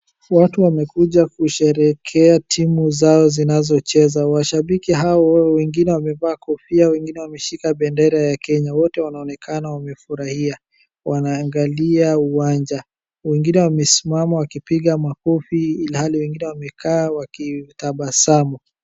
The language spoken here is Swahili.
Watu wamekuja kusherehekea timu zao zinazocheza. Washabiki hao wengi wengine wameshika bendera ya Kenya. Wote wanaonekana wamefurahia, wanaangalia uwanja. Wengine wamesimama wakipiga makofi ilhali wengine wamekaa wakitabasamu.